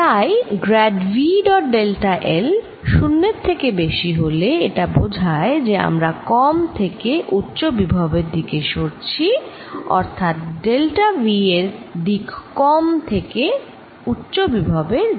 তাই grad V dot delta l শুন্যের থেকে বেশি হলে এটা বোঝায় যে আমরা কম থেকে উচ্চ বিভবের দিকে সরছি অর্থাৎ ডেল্টা V এর দিক কম থেকে উচ্চ বিভবের দিকে